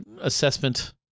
assessment